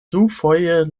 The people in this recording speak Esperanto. dufoje